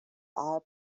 are